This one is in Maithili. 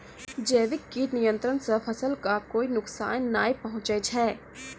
जैविक कीट नियंत्रण सॅ फसल कॅ कोय नुकसान नाय पहुँचै छै